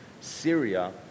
Syria